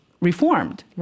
reformed